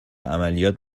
عملیات